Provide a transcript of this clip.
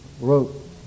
wrote